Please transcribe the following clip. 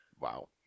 Wow